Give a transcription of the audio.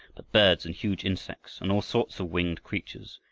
but birds and huge insects and all sorts of winged creatures,